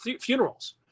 funerals